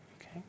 Okay